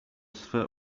swe